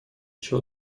еще